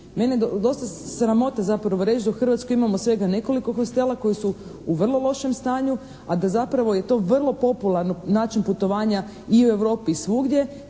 Mene dosta sramota zapravo reći da u Hrvatskoj imamo svega nekoliko hostela koji su u vrlo lošem stanju a da zapravo je to vrlo popularan način putovanja i u Europi i svugdje